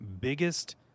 biggest